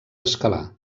escalar